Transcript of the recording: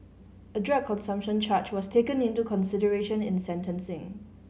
a drug consumption charge was taken into consideration in sentencing